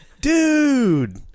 dude